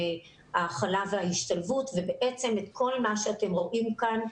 ההכלה וההשתלבות ובעצם את כל מה שאתם רואים כאן,